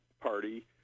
party